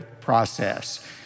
process